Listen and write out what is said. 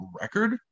record